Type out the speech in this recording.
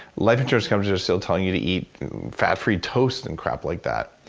life insurance companies are still telling you to eat fat-free toast, and crap like that.